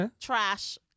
trash